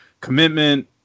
commitment